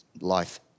life